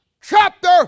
chapter